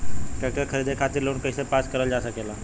Tractor खरीदे खातीर loan कइसे पास करल जा सकेला?